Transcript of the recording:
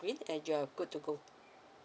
screen and you're good to go